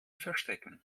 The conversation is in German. verstecken